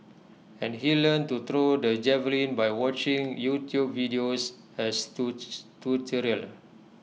and he learnt to throw the javelin by watching YouTube videos as tutorial